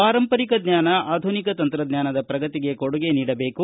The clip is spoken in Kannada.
ಪಾರಂಪರಿಕ ಜ್ವಾನ ಆಧುನಿಕ ತಂತ್ರಜ್ವಾನದ ಪ್ರಗತಿಗೆ ಕೊಡುಗೆ ನೀಡಬೇಕು